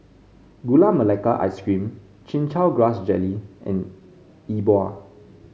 Gula Melaka Ice Cream Chin Chow Grass Jelly and Yi Bua